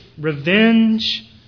revenge